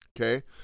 Okay